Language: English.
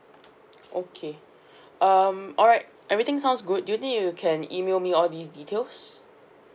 okay um alright everything sounds good do you think you can email me all these details